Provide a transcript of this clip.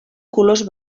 colors